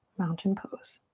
mountain pose.